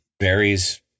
varies